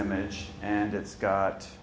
image and it's got